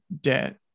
debt